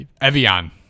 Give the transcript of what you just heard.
Evian